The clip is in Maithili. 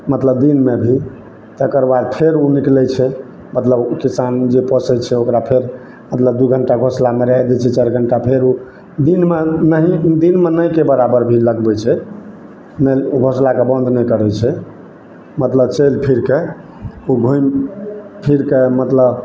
मतलब दिनमे भी तकरबाद फेर ओ निकलैत छै मतलब किसान जे पोसैत छै ओकरा फेर मतलब दू घंटा घोसला मे राइख दै छै चारि घंटा फेर ओ दिनमे नहि दिनमे नहि के बराबर भी लगबैत छै घोसलाके बंद नहि करैत छै मतलब चलि फिरके ओ घुमि फिरके मतलब